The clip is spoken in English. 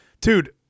dude